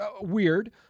Weird